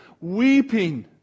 weeping